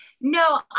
No